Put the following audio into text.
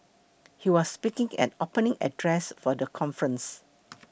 he was speaking at opening address for the conference